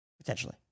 Potentially